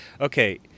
okay